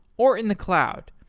or in the cloud.